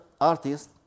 artists